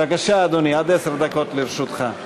בבקשה, אדוני, עד עשר דקות לרשותך.